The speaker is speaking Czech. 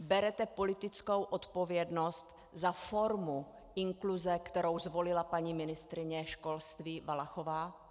Berete politickou odpovědnost za formu inkluze, kterou zvolila paní ministryně školství Valachová?